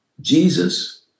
Jesus